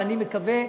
ואני מקווה,